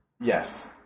Yes